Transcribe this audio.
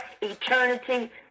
eternity